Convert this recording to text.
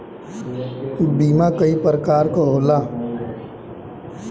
बीमा कई परकार के होला